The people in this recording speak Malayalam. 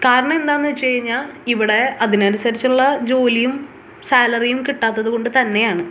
കാരണം എന്താണെന്ന് വച്ചു കഴിഞ്ഞാൽ ഇവിടെ അതിനനുസരിച്ചുള്ള ജോലിയും സാലറിയും കിട്ടാത്തതുകൊണ്ട് തന്നെയാണ്